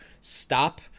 stop